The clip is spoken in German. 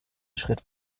schritt